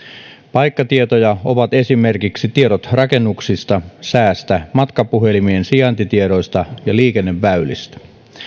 paikkatietoja ovat esimerkiksi tiedot rakennuksista säästä matkapuhelimien sijaintitiedoista ja liikenneväylistä